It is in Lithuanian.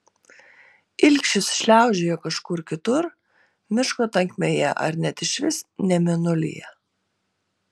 ilgšis šliaužiojo kažkur kitur miško tankmėje ar net išvis ne mėnulyje